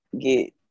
get